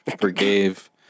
forgave